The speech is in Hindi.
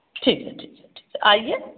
ठीक है ठीक है आइए